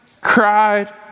cried